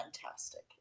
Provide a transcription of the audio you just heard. fantastic